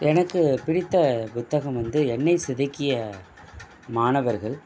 எனக்கு பிடித்த புத்தகம் வந்து என்னை செதுக்கிய மாணவர்கள்